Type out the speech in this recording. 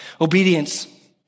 Obedience